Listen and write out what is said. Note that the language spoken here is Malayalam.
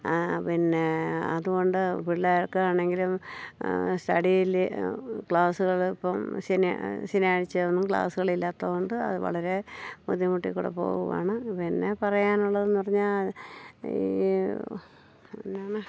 പിന്നെ അതുകൊണ്ട് പിള്ളേർക്കാണെങ്കിലും സ്റ്റഡിസിൽ ക്ലാസ്സുകൾ ഇപ്പം ശനിയാഴ്ച ഒന്നും ക്ലാസ്സുകൾ ഇല്ലാത്തതു കൊണ്ട് അത് വളരെ ബുദ്ധിമുട്ടിൽ കൂടെ പോവുകയാണ് പിന്നെ പറയാനുള്ളതെന്ന് പറഞ്ഞാൽ ഈ